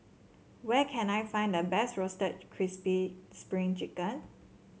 where can I find the best Roasted Crispy Spring Chicken